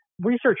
Research